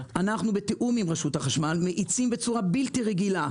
בתיאום עם רשות החשמל אנחנו מאיצים בצורה בלתי רגילה,